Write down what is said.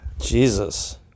Jesus